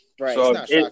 Right